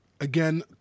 again